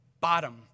bottom